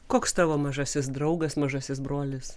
koks tavo mažasis draugas mažasis brolis